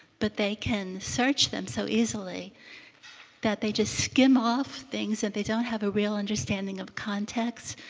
but they can search them so easily that they just skim off things and they don't have a real understanding of context.